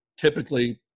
typically